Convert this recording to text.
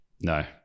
no